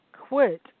quit